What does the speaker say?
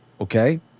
Okay